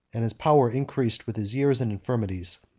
and his power increased with his years and infirmities.